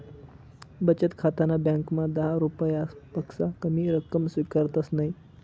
बचत खाताना ब्यांकमा दहा रुपयापक्सा कमी रक्कम स्वीकारतंस नयी